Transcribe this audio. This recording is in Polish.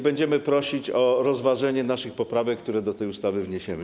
Będziemy prosić o rozważenie naszych poprawek, które do tej ustawy wniesiemy.